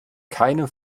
keinem